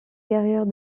carrière